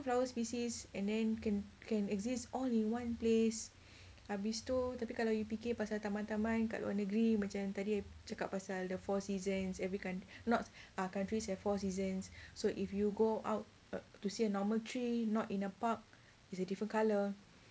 flower species and then can can exist all in one place habis tu tapi kalau you fikir pasal taman-taman kat luar negeri macam tadi cakap pasal ada four seasons every country not ah countries have four seasons so if you go out to see a normal tree not in a park it's a different colour